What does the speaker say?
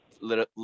little